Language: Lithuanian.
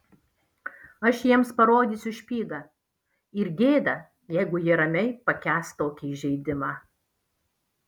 aš jiems parodysiu špygą ir gėda jeigu jie ramiai pakęs tokį įžeidimą